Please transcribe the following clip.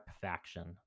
faction